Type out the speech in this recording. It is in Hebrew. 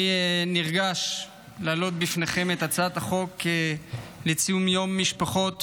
אני נרגש להעלות בפניכם את הצעת החוק לציון יום משפחות